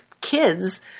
kids